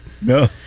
No